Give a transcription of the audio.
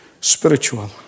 spiritual